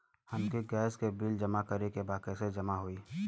हमके गैस के बिल जमा करे के बा कैसे जमा होई?